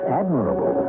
admirable